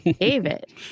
David